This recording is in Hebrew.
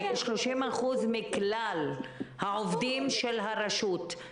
30% מכלל העובדים של הרשות.